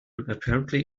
apparently